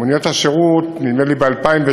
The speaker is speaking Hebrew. מוניות השירות, נדמה לי שב-2007